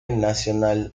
nacional